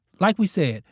like we say,